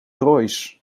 royce